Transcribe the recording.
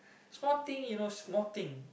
small thing you know small thing